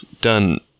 done